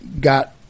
got